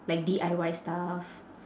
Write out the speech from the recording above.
like D I Y stuff